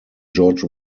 george